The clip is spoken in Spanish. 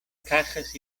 cajas